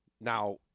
Now